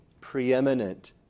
preeminent